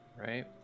Right